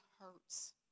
hurts